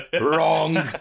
wrong